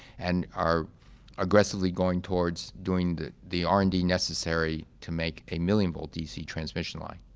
and are aggressively going towards doing the the r and d necessary to make a million volt dc transmission line.